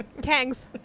Kangs